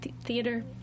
theater